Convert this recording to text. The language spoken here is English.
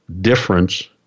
difference